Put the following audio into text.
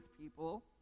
people